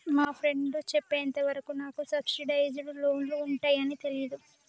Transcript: మా ఫ్రెండు చెప్పేంత వరకు నాకు సబ్సిడైజ్డ్ లోన్లు ఉంటయ్యని తెలీదు